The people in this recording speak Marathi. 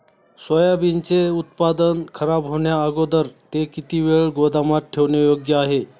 सोयाबीनचे उत्पादन खराब होण्याअगोदर ते किती वेळ गोदामात ठेवणे योग्य आहे?